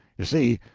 you see,